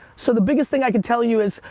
so the biggest thing i can tell you is,